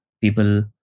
people